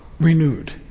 renewed